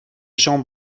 gens